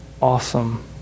awesome